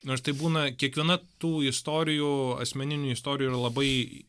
nors tai būna kiekviena tų istorijų asmeninių istorijų ir labai